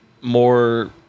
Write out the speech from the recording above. more